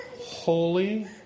holy